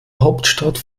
hauptstadt